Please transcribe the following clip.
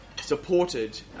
supported